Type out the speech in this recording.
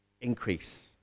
increase